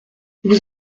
vous